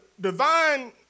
divine